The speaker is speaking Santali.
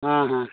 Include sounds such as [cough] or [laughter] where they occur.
[unintelligible]